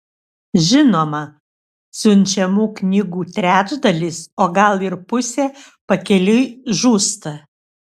žinoma siunčiamų knygų trečdalis o gal ir pusė pakeliui žūsta